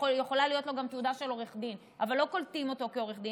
יכולה להיות לו גם תעודה של עורך דין אבל לא קולטים אותו כעורך דין.